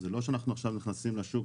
זה לא שעכשיו אנחנו נכנסים לשוק